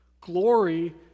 Glory